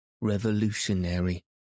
revolutionary